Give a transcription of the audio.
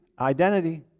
identity